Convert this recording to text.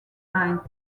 night